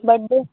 birthday